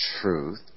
truth